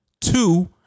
Two